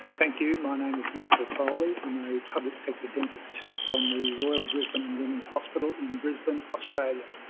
thank you. my name is michael foley, i'm a public sector dentist from the royal brisbane and women's hospital in brisbane, australia.